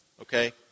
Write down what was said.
okay